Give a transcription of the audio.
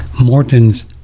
Morton's